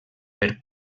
per